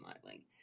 smiling